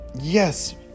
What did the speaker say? Yes